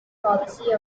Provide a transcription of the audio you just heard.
policy